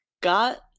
got